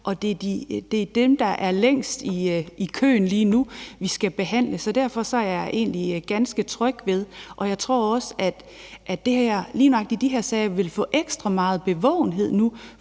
og det er dem, der er længst i køen lige nu, vi skal behandle. Derfor er jeg egentlig ganske tryg ved det, og jeg tror også, at lige nøjagtig de her sager vil få ekstra meget bevågenhed nu,